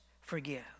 forgive